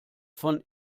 von